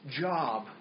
job